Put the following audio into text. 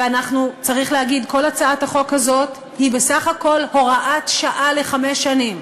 וצריך להגיד שכל הצעת החוק הזאת היא בסך הכול הוראת שעה לחמש שנים,